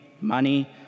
money